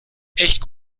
echt